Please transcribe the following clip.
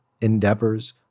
endeavors